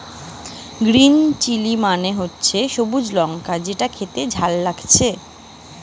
green chilli মানে হতিছে সবুজ লঙ্কা যেটো খেতে ঝাল লাগতিছে